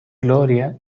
gloria